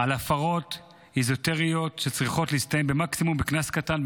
על הפרות אזוטריות שצריכות להסתיים במקרה הגרוע במקסימום קנס קטן,